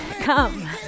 come